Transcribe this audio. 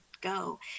go